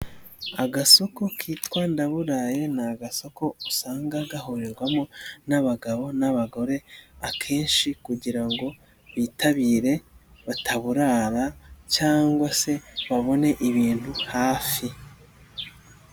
Agasoko kitwa ndaburaye ni agasako usanga gahurirwamo n'abagabo n'abagore akenshi kugira ngo bitabire bataburara cyangwa se babone ibintu hafi.